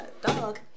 dog